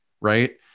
right